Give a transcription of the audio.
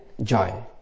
joy